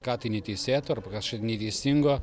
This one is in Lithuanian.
ką tai neteisėto arba kažkaip neteisingo